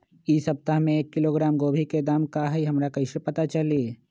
इ सप्ताह में एक किलोग्राम गोभी के दाम का हई हमरा कईसे पता चली?